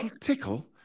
tickle